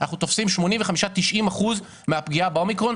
אנחנו תופסים 90-85 אחוזים מהפגיעה באומיקרון.